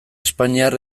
espainiar